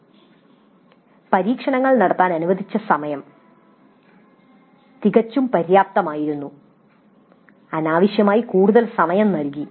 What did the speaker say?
"പരീക്ഷണങ്ങൾ നടത്താൻ അനുവദിച്ച സമയം തികച്ചും അപര്യാപ്തമായിരുന്നു അനാവശ്യമായി കൂടുതൽ സമയം നൽകി